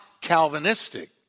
Calvinistic